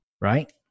Right